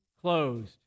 closed